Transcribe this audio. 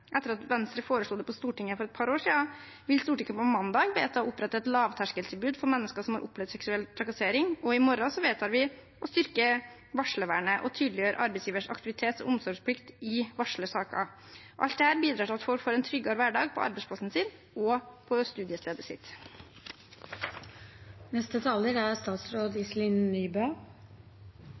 Etter at Venstre foreslo det i Stortinget for et par år siden, vil Stortinget på mandag vedta å opprette et lavterskeltilbud for mennesker som har opplevd seksuell trakassering. Og i morgen vedtar vi å styrke varslervernet og tydeliggjør arbeidsgivers aktivitets- og omsorgsplikt i varslersaker. Alt dette bidrar til at folk får en tryggere hverdag på arbeidsplassen sin og på studiestedet